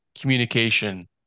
communication